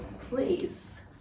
please